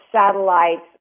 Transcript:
satellites